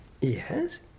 Yes